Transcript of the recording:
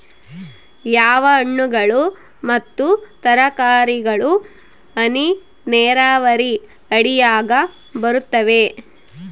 ಯಾವ ಹಣ್ಣುಗಳು ಮತ್ತು ತರಕಾರಿಗಳು ಹನಿ ನೇರಾವರಿ ಅಡಿಯಾಗ ಬರುತ್ತವೆ?